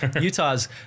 Utah's